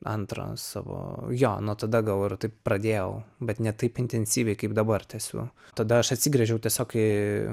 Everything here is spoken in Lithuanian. antrą savo jo nuo tada gal ir taip pradėjau bet ne taip intensyviai kaip dabar tęsiu tada aš atsigręžiau tiesiog į